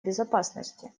безопасности